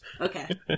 Okay